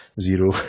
Zero